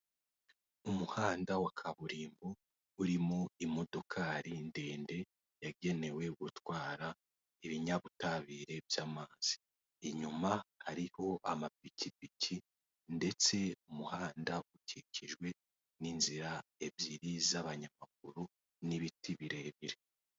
Umuhanda wa kaburimbo urimo imodokari ndende yagenewe gutwara ibinyabutabire by'amazi, inyuma hariho amapikipiki ndetse umuhanda ukikijwe n'inzira ebyiri z'abanyamaguru n'ibiti birebire.